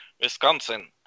Wisconsin